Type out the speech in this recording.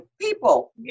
people